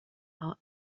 heart